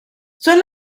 son